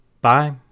Bye